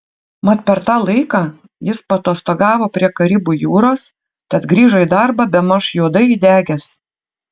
mat per tą laiką jis paatostogavo prie karibų jūros tad grįžo į darbą bemaž juodai įdegęs